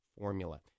formula